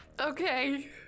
Okay